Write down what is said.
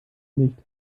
nicht